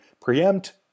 preempt